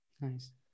Nice